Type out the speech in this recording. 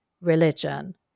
religion